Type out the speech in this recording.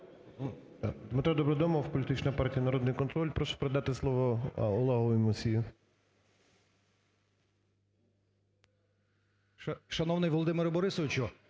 Дмитро Добродомов, політична партія "Народний контроль". Прошу передати слово Олегу Мусію.